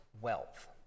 wealth